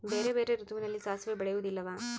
ಬೇರೆ ಬೇರೆ ಋತುವಿನಲ್ಲಿ ಸಾಸಿವೆ ಬೆಳೆಯುವುದಿಲ್ಲವಾ?